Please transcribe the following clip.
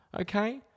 okay